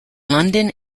london